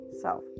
self